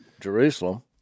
Jerusalem